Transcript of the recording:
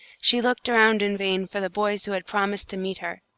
she looked around in vain for the boys who had promised to meet her.